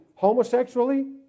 homosexually